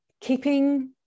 keeping